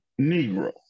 Negro